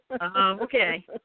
okay